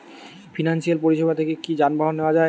Financial পরিসেবা থেকে কি যানবাহন নেওয়া যায়?